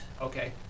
Okay